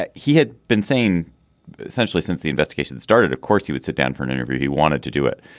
ah he had been saying essentially since the investigation started of course he would sit down for an interview. he wanted to do it.